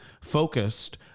focused